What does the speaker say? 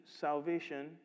salvation